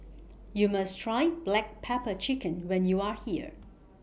YOU must Try Black Pepper Chicken when YOU Are here